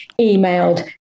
emailed